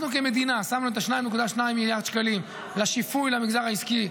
אנחנו כמדינה שמנו את ה-2.2 מיליארד שקלים לשיפוי למגזר העסקי,